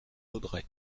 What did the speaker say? vaudrey